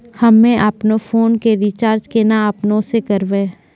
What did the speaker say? हम्मे आपनौ फोन के रीचार्ज केना आपनौ से करवै?